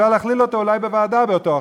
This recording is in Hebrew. אפשר אולי בוועדה להכליל אותו באותו החוק,